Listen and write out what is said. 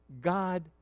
God